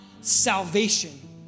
salvation